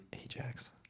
Ajax